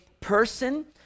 person